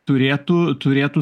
turėtų turėtų